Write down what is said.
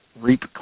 REAP